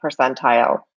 percentile